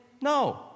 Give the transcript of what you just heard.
No